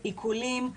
עיקולים,